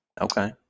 Okay